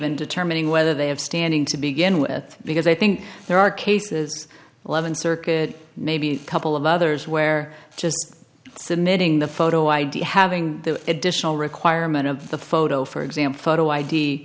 in determining whether they have standing to begin with because i think there are cases levon circuit maybe a couple of others where just submitting the photo id having the additional requirement of the photo for exam photo i